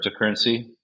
cryptocurrency